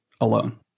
alone